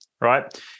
right